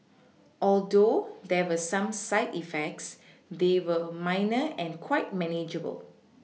although there were some side effects they were minor and quite manageable